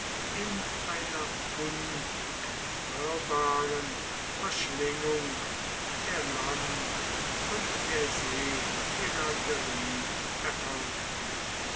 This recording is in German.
in einer unentwirrbaren verschlingung der land und der seepiraterie erfolgten